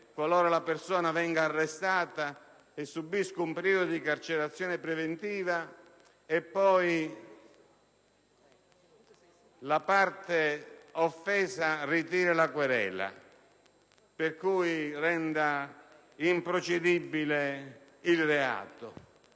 qualora la persona venga arrestata, subisca un periodo di carcerazione preventiva e poi la parte offesa ritiri la querela, rendendo improcedibile il reato.